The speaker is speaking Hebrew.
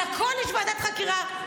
על הכול יש ועדת חקירה,